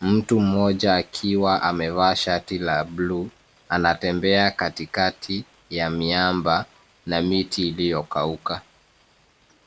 Mtu mmoja akiwa amevaa shati la buluu, anatembea katikati ya miamba na miti iliyokauka.